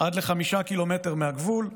עד ל-5 ק"מ מהגבול.